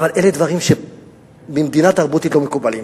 אבל אלה דברים שבמדינה תרבותית לא מקובלים.